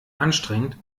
anstrengend